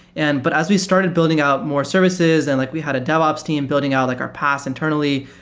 and but as we started building out more services, and like we had a devops team building out like our pass interna lly,